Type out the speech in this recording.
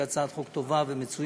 שהיא הצעת חוק טובה ומצוינת,